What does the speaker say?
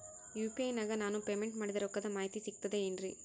UPI ನಾಗ ನಾನು payment ಮಾಡಿದ ರೊಕ್ಕದ ಮಾಹಿತಿ ಸಿಕ್ತದೆ ಏನ್ರಿ?